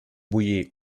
bullir